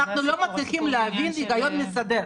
אנחנו לא מצליחים להבין את ההיגיון המסדר.